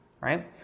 right